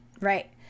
right